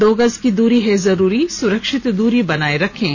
दो गज की दूरी है जरूरी सुरक्षित दूरी बनाए रखें